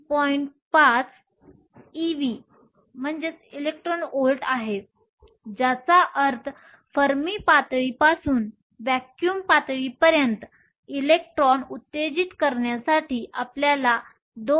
5 ev आहे ज्याचा अर्थ फर्मी पातळीपासून व्हॅक्यूम पातळीपर्यंत इलेक्ट्रॉन उत्तेजित करण्यासाठी आपल्याला 2